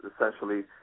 essentially